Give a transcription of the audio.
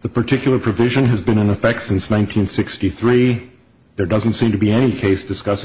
the particular provision has been in effect since one nine hundred sixty three there doesn't seem to be any case discussing